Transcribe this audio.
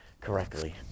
correctly